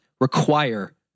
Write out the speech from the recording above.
require